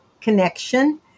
connection